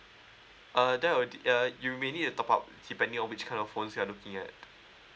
uh that we did uh you may need to top up depending on which kind of phones you are looking at